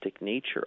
nature